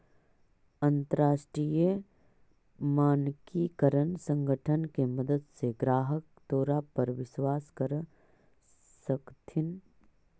अंतरराष्ट्रीय मानकीकरण संगठन के मदद से ग्राहक तोरा पर विश्वास कर सकतथीन